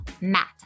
Matt